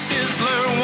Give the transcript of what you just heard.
Sizzler